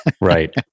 right